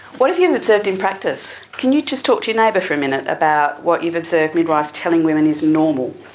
what have you observed in practice? can you just talk to your neighbour for a minute about what you've observed midwives telling women is normal.